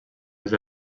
els